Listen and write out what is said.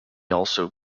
also